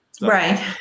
right